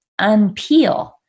unpeel